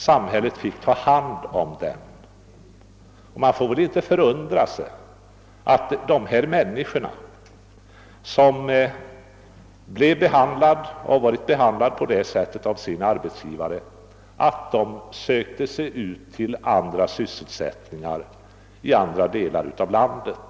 Samhället fick ta hand om den. Vi får väl inte förundra oss över att dessa människor, som behandlades på det sättet av sina arbetsgivare, sökte sig ut till andra sysselsättningar i andra delar av landet.